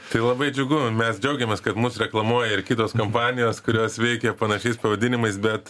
tai labai džiugu mes džiaugiamės kad mus reklamuoja ir kitos kompanijos kurios veikia panašiais pavadinimais bet